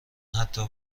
حتی